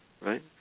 right